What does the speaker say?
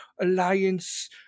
alliance